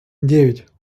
девять